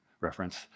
reference